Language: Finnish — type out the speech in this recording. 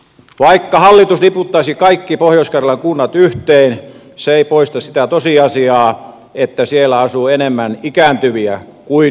vaikka hallitus niputtaisi kaikki pohjois karjalan kunnat yhteen se ei poista sitä tosiasiaa että siellä asuu enemmän ikääntyviä kuin nuoria ihmisiä